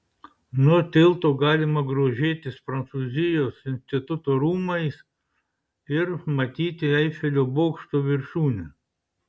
nuo tilto galima grožėtis prancūzijos instituto rūmais ir matyti eifelio bokšto viršūnę